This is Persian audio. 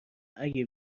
اگه